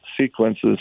sequences